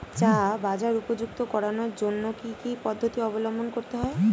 চা বাজার উপযুক্ত করানোর জন্য কি কি পদ্ধতি অবলম্বন করতে হয়?